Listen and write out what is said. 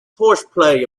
horseplay